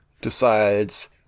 decides